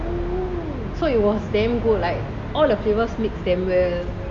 so it was damn good like all the flavours mix damn well